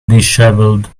dishevelled